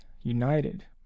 united